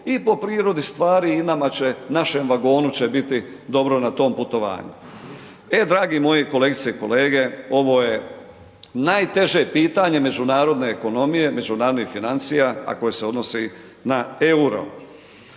i po prirodi stvari i našem vagonu će biti dobro na tom putovanju. E dragi moji kolegice i kolege, ovo je najteže pitanje međunarodne ekonomije, međunarodnih financija a koje se odnosi na euro.